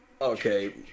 Okay